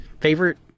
favorite